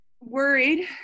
worried